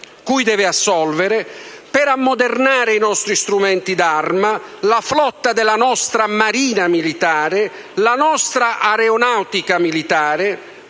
cui deve assolvere, per ammodernare i nostri strumenti d'arma, la flotta della nostra Marina militare, la nostra Aeronautica militare,